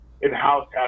in-house